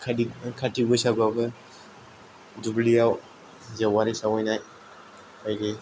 काति बैसागुआवबो दुब्लियाव जेवारि सावहैनाय बायदि